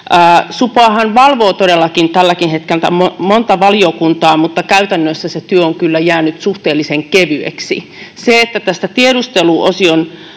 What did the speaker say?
Supoahan valvoo todellakin tälläkin hetkellä monta valiokuntaa, mutta käytännössä se työ on kyllä jäänyt suhteellisen kevyeksi. Se, että tiedusteluosion